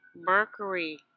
Mercury